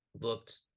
looked